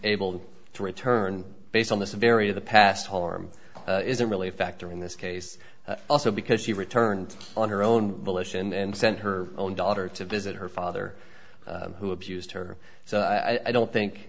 able to return based on the severity of the past harm isn't really a factor in this case also because she returned on her own volition and sent her own daughter to visit her father who abused her so i don't think